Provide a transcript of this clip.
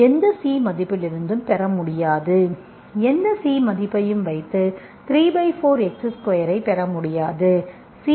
எந்த C மதிப்பிலிருந்தும் பெற முடியாது எந்த C மதிப்பையும் வைத்து 34x2 ஐப் பெற முடியாது